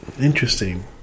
Interesting